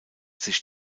sich